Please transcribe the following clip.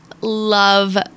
love